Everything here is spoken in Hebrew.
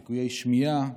ליקויי שמיעה,